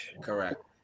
correct